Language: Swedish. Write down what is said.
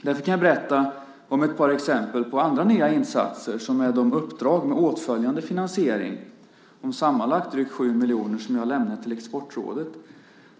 Jag kan berätta om ett par exempel på andra nya insatser som är de uppdrag med åtföljande finansiering om sammanlagt drygt 7 miljoner som jag har lämnat till Exportrådet.